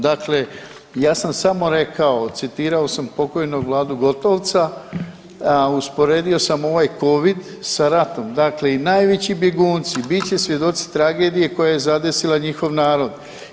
Dakle ja sam samo rekao, citirao sam pokojnog Vladu Gotovca, a usporedio sam ovaj Covid sa ratom, dakle i najveći bjegunici bit će svjedoci tragedije koja je zadesila njihov narod.